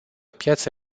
piață